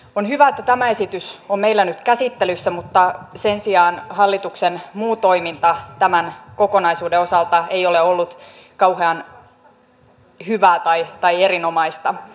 on hyvä että tämä esitys on meillä nyt käsittelyssä mutta sen sijaan hallituksen muu toiminta tämän kokonaisuuden osalta ei ole ollut kauhean hyvää tai erinomaista